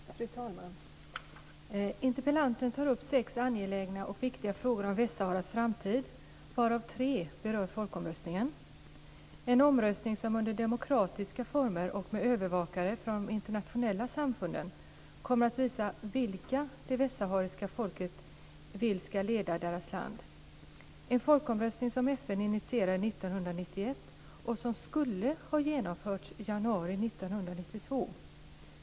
Fru talman! Interpellanten tar upp sex angelägna och viktiga frågor om Västsaharas framtid, varav tre berör folkomröstningen. Det är en omröstning som under demokratiska former och med övervakare från de internationella samfunden kommer att visa vilka det västsahariska folket vill ska leda deras land. Det är en folkomröstning som FN initierade 1991 och som skulle ha genomförts januari 1992.